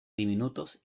diminutos